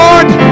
Lord